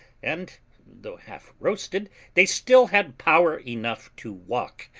and though half roasted, they still had power enough to walk.